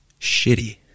shitty